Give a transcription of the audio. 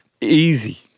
Easy